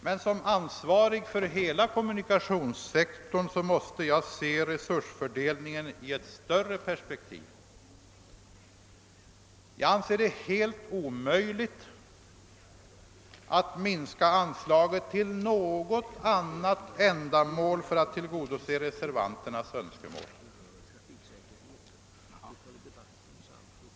Men som ansvarig för hela kommunikationssektorn måste jag se resursfördelningen i ett större perspektiv, och jag anser det helt omöjligt att minska anslaget till något annat ändamål för att tillgodose reservanternas önskemål.